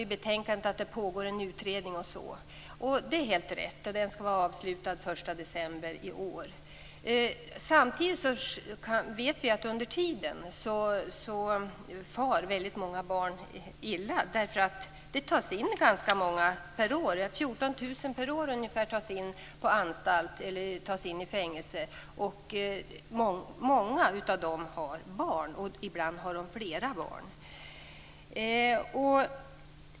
I betänkandet hänvisas till att utredning pågår, vilket är helt rätt. Utredningen skall vara avslutad den 1 december i år. Samtidigt vet vi att många barn under tiden far illa. Varje år tas det in ganska många på anstalt. Det är ungefär 14 000 personer som årligen tas in på anstalt eller som hamnar i fängelse. Många av dem har barn, ibland flera barn.